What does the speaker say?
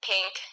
Pink